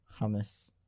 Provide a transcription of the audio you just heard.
Hummus